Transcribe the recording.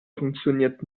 funktioniert